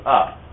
up